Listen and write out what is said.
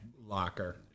locker